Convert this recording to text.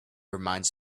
reminded